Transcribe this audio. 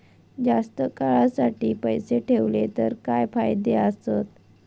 जास्त काळासाठी पैसे ठेवले तर काय फायदे आसत?